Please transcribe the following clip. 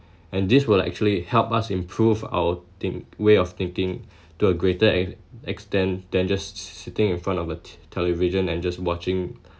and this will actually help us improve our think way of thinking to a greater ex~ extent than just si~ si~ sitting in front of a t~ television and just watching